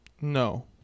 No